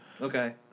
Okay